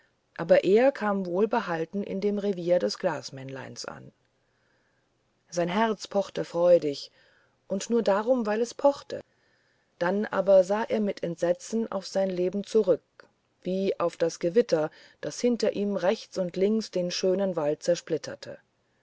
aber er kam wohlbehalten in dem revier des glasmännleins an sein herz pochte freudig und nur darum weil es pochte dann aber sah er mit entsetzen auf sein leben zurück wie auf das gewitter das hinter ihm rechts und links den schönen wald zersplitterte